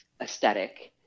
aesthetic